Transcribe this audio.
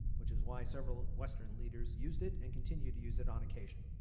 which is why several western leaders use it and continue to use it on occasion.